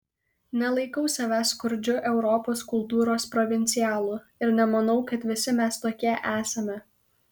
nelaikau savęs skurdžiu europos kultūros provincialu ir nemanau kad visi mes tokie esame